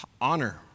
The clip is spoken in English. honor